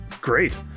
great